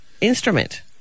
instrument